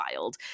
wild